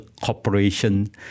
corporation